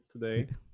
today